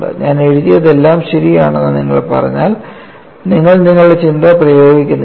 ഞാൻ എഴുതിയതെല്ലാം ശരിയാണെന്ന് നിങ്ങൾ പറഞ്ഞാൽ നിങ്ങൾ നിങ്ങളുടെ ചിന്ത പ്രയോഗിക്കുന്നില്ല